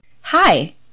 Hi